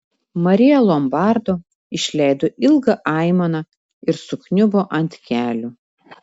marija lombardo išleido ilgą aimaną ir sukniubo ant kelių